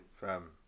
fam